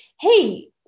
Hey